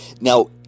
Now